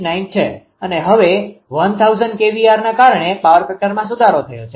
89 છે અને હવે 1000 kVAr ના કારણે પાવર ફેકટરમાં સુધારો થયો છે